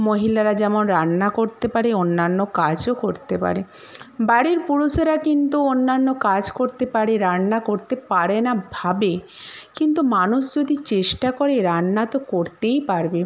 মহিলারা যেমন রান্না করতে পারে অন্যান্য কাজও করতে পারে বাড়ির পুরুষেরা কিন্তু অন্যান্য কাজ করতে পারে রান্না করতে পারে না ভাবে কিন্তু মানুষ যদি চেষ্টা করে রান্না তো করতেই পারবে